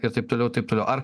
ir taip toliau taip toliau ar